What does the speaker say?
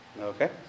okay